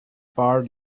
barred